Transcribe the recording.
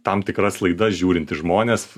tam tikras laidas žiūrintys žmonės